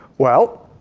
well,